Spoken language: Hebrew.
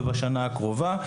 ובשנה הקרובה.